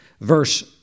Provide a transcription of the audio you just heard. Verse